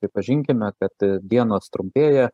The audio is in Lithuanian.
pripažinkime kad dienos trumpėja